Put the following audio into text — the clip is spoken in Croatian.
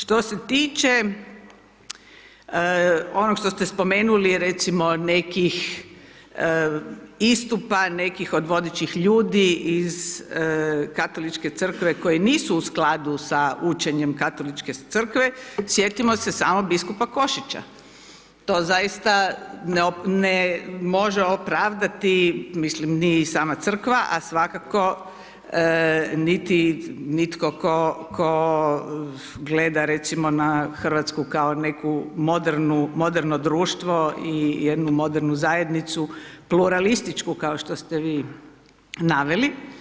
Što se tiče onog što ste spomenuli, recimo nekih istupa, nekih od vodećih ljudi iz Katoličke crkve koji nisu u skladu sa učenjem Katoličke crkve, sjetimo se samo biskupa Košića, to zaista ne može opravdati, mislim ni sama crkva, a svakako niti nitko tko gleda recimo na Hrvatsku, kao neko moderno društvo i jednu modernu zajednicu, pluralističku, kao što ste vi naveli.